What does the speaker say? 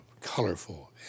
colorful